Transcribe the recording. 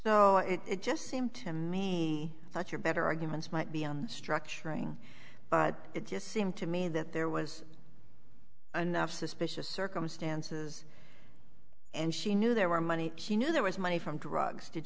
know it just seemed to me like your better arguments might be on structuring but it just seemed to me that there was an of suspicious circumstances and she knew there were money she knew there was money from drugs did